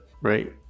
right